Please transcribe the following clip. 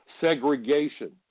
segregation